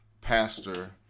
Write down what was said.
pastor